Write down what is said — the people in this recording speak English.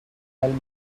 helmet